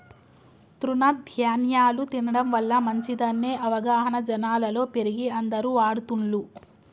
తృణ ధ్యాన్యాలు తినడం వల్ల మంచిదనే అవగాహన జనాలలో పెరిగి అందరు వాడుతున్లు